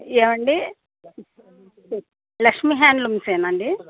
ఏవండీ లక్ష్మీ హ్యాండ్లూమ్సేనండీ